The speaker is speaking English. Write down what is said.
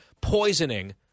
poisoning